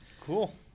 Cool